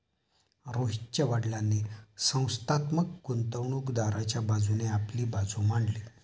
रोहितच्या वडीलांनी संस्थात्मक गुंतवणूकदाराच्या बाजूने आपली बाजू मांडली